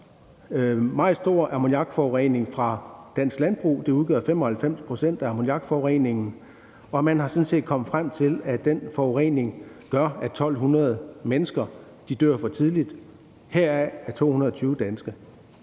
meget stor ammoniakforurening fra dansk landbrug. Det udgør 95 pct. af forureningen, og man er sådan set kommet frem til, at den forurening gør, at 1.200 mennesker dør for tidligt, heraf er 220 danskere.